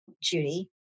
Judy